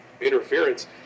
interference